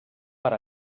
per